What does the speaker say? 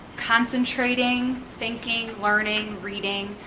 concentrating, thinking, learning, reading,